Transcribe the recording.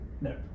No